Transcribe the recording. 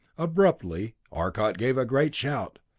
abruptly arcot gave a great shout.